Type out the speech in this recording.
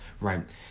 right